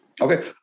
Okay